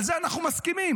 על זה אנחנו מסכימים.